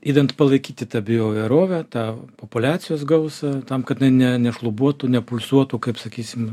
idant palaikyti tą bioįvairovę tą populiacijos gausą tam kad jinai ne nešlubuotų nepulsuotų kaip sakysim